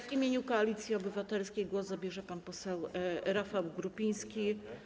W imieniu Koalicji Obywatelskiej głos zabierze pan poseł Rafał Grupiński.